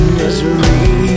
misery